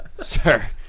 sir